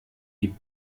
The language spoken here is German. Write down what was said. die